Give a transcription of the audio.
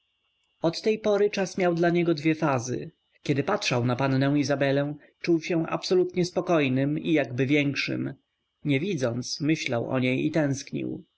od tej pory czas miał dla niego dwie fazy kiedy patrzał na pannę izabelę czuł się absolutnie spokojnym i jakby większym nie widząc myślał o niej i tęsknił